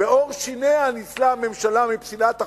בעור שיניה ניצלה הממשלה מפסילת החוק,